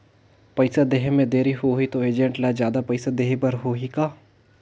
पइसा देहे मे देरी होही तो एजेंट ला जादा पइसा देही बर होही का?